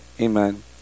amen